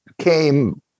came